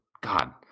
God